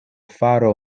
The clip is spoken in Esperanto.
faro